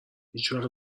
هیچوقت